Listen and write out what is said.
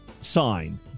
sign